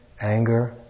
anger